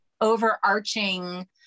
overarching